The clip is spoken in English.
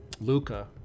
Luca